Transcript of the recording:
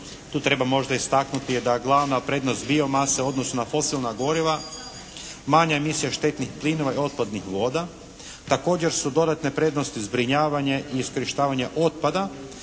Tu treba možda istaknuti je da glavna prednost biomase u odnosu na fosilna goriva manja emisija štetnih plinova i otpadnih voda također su dodatne prednosti zbrinjavanje i iskorištavanje otpada